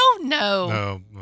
No